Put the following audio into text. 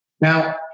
Now